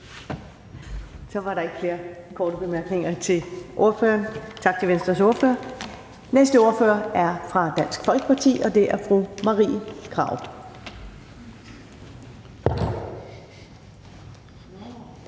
Så var der ikke flere korte bemærkninger til ordføreren. Tak til Venstres ordfører. Næste ordfører er fra Dansk Folkeparti, og det er fru Marie Krarup.